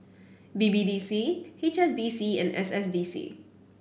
B B D C H S B C and S S D C